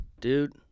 dude